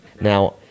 Now